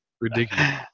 ridiculous